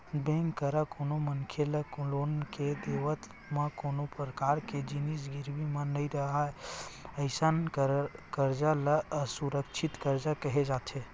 bank करा कोनो मनखे ल लोन के देवब म कोनो परकार के जिनिस गिरवी म नइ राहय अइसन करजा ल असुरक्छित करजा केहे जाथे